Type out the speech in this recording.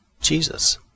Jesus